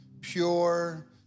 pure